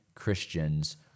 Christians